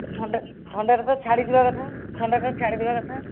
ଥଣ୍ଡା ଥଣ୍ଡା ଛାଡ଼ିଯିବା କଥା ଥଣ୍ଡା ତ ଛାଡ଼ିଯିବା କଥା